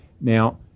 Now